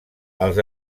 els